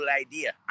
idea